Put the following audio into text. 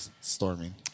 storming